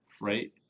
right